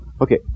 Okay